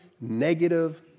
negative